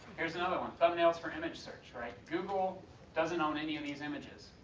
here's another one thumbnails for image search. google doesn't own any of these images.